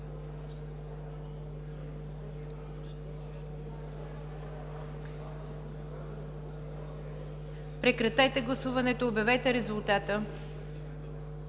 Прекратете гласуването и обявете резултата.